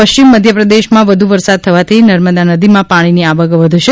પશ્ચિમ મધ્યપ્રદેશમાં વ્યુ વરસાદ થવાથી નર્મદા નદીમાં પાણીની આવક વધશે